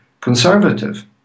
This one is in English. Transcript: conservative